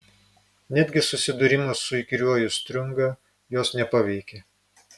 netgi susidūrimas su įkyriuoju striunga jos nepaveikė